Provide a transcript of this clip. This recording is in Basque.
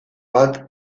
bat